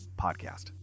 podcast